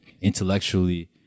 intellectually